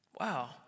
wow